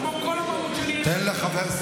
השר, תתנהג בהתאם.